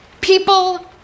People